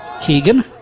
Keegan